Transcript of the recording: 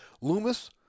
Loomis